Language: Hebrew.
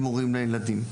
עם הורים לילדים.